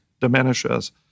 diminishes